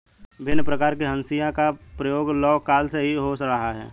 भिन्न प्रकार के हंसिया का प्रयोग लौह काल से ही हो रहा है